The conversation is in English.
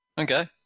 Okay